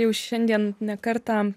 jau šiandien ne kartą